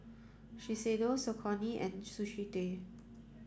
Shiseido Saucony and Sushi Tei